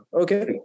Okay